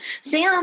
Sam